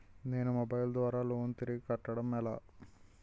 నేను మొబైల్ ద్వారా లోన్ తిరిగి కట్టడం ఎలా?